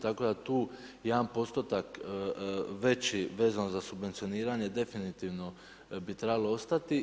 Tako da je tu jedan postotak veći vezano za subvencioniranje definitivno bi trebalo ostati.